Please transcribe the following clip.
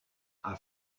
are